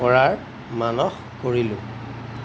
কৰাৰ মানস কৰিলোঁ